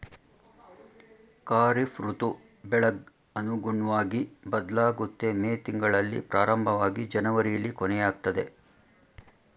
ಖಾರಿಫ್ ಋತು ಬೆಳೆಗ್ ಅನುಗುಣ್ವಗಿ ಬದ್ಲಾಗುತ್ತೆ ಮೇ ತಿಂಗ್ಳಲ್ಲಿ ಪ್ರಾರಂಭವಾಗಿ ಜನವರಿಲಿ ಕೊನೆಯಾಗ್ತದೆ